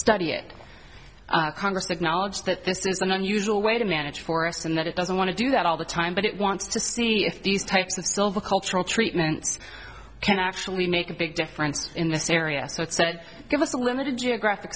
study it congress that knowledge that this is an unusual way to manage forests and that it doesn't want to do that all the time but it wants to see if these types of silver cultural treatments can actually make a big difference in this area so it's give us a limited geographic